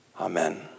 Amen